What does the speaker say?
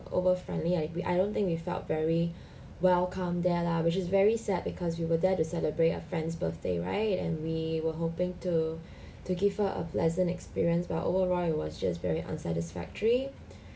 over friendly I agree I don't think we felt very welcome there lah which is very sad because we were there to celebrate a friend's birthday right and we were hoping to to give her a pleasant experience but overall it was just very unsatisfactory